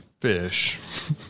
fish